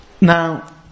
Now